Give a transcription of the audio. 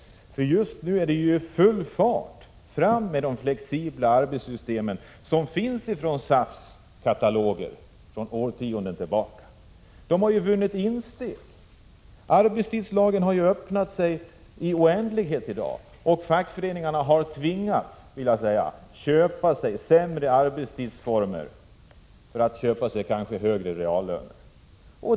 Just nu är det full fart framåt för de flexibla arbetssystem som funnits i SAF-katalogerna sedan årtionden tillbaka. Dessa system har ju vunnit insteg. Arbetstidslagen har öppnat sig i det oändliga, och fackföreningarna har tvingats acceptera sämre arbetstidsformer för att köpa sig högre reallöner.